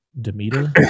Demeter